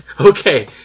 Okay